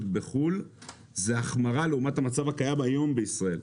בחו"ל זה החמרה לעומת המצב הקיים היום בישראל.